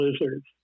Lizards